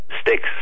sticks